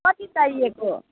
कति चाहिएको